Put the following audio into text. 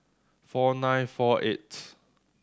four nine four eighth